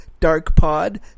DARKPOD